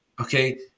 okay